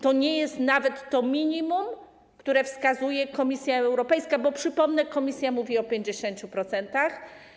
To nie jest nawet minimum, które wskazuje Komisja Europejska, bo przypomnę, że Komisja mówi o 50%.